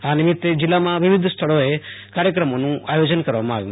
આ દિવસ નિમિત્ત જિલ્લામાં વિવિધ સ્થળોએ કાર્યક્રમોનું આથોજન કેરવામાં આવ્યું છે